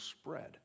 spread